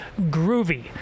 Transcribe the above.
groovy